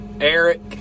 Eric